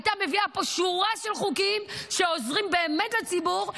היא הייתה מביאה פה שורה של חוקים שבאמת עוזרים לציבור,